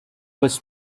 was